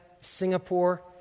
Singapore